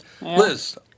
Liz